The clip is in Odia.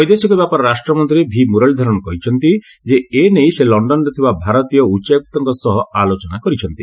ବୈଦେଶିକ ବ୍ୟାପାର ରାଷ୍ଟ୍ରମନ୍ତ୍ରୀ ଭି ମୁରଲୀଧରନ୍ କହିଛନ୍ତି ଯେ ଏ ନେଇ ସେ ଲଣ୍ଡନରେ ଥିବା ଭାରତୀୟ ଉଚ୍ଚାୟକ୍ତଙ୍କ ସହ ଆଲୋଚନା କରିଛନ୍ତି